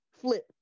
flip